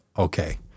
okay